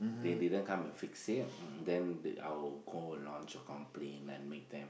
they didn't come and fix it then I will call and lodge a complain and make them